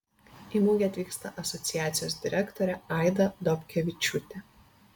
į mugę atvyksta asociacijos direktorė aida dobkevičiūtė